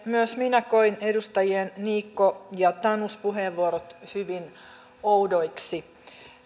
myös minä koin edustajien niikko ja tanus puheenvuorot hyvin oudoiksi